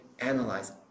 analyze